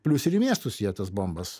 plius ir į miestus jie tas bombas